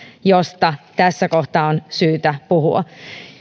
josta tässä kohtaa on syytä puhua